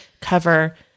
cover